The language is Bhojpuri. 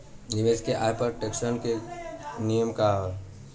निवेश के आय पर टेक्सेशन के नियम का ह?